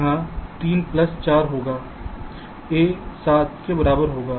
यहां यह 3 प्लस 4 होगा A 7 के बराबर होगा